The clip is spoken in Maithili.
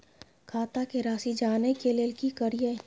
खाता के राशि जानय के लेल की करिए?